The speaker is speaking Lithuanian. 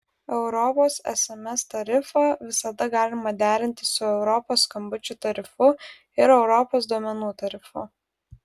europos sms tarifą visada galima derinti su europos skambučių tarifu ir europos duomenų tarifu